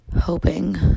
hoping